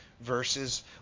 verses